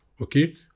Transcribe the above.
Okay